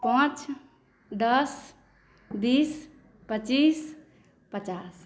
पाँच दस बीस पच्चीस पचास